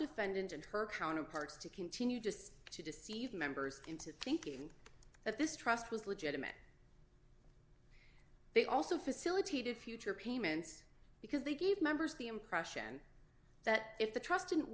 defendant and her counterparts to continue just to deceive members into thinking that this trust was legitimate they also facilitated future payments because they gave members the impression that if the trust didn't